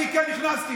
אני כן, נכנסתי.